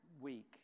week